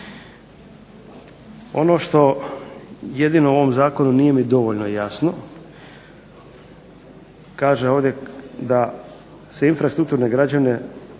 Ono što jedino u ovom zakonu nije mi dovoljno jasno, kaže ovdje da se infrastrukturne građevine